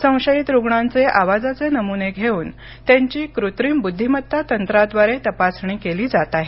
संशयित रुग्णांचे आवाजाचे नमुने घेऊन त्यांची कूत्रिम बुद्धीमत्ता तंत्राद्वारे तपासणी केली जात आहे